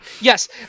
Yes